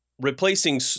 replacing